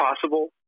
possible